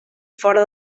fora